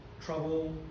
Trouble